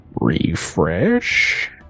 Refresh